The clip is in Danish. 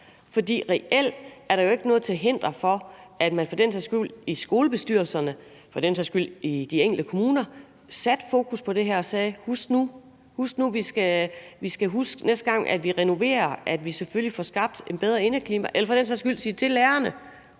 For reelt er der jo ikke noget til hinder for, at man i skolebestyrelserne og for den sags skyld i de enkelte kommuner får sat fokus på det her og siger: Vi skal huske, at vi, næste gang vi renoverer, selvfølgelig får skabt et bedre indeklima. Eller for den sags skyld kunne man sige til lærerne: